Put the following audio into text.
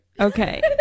Okay